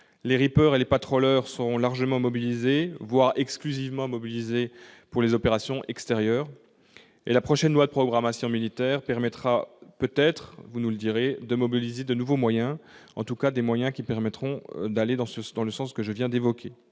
les Reaper et les Patroller seront largement, voire exclusivement mobilisés pour les opérations extérieures. La prochaine loi de programmation militaire permettra peut-être- vous nous le direz -de mobiliser de nouveaux moyens de nature à aller dans le sens que je viens d'évoquer.